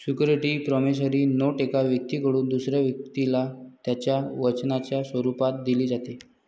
security promissory note एका व्यक्तीकडून दुसऱ्या व्यक्तीला त्याच्या वचनाच्या स्वरूपात दिली जाते